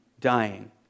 dying